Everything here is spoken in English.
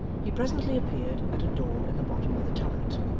he presently appeared at a door in the bottom of the turret,